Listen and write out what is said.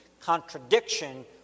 contradiction